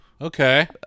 Okay